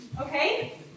Okay